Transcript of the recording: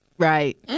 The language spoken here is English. Right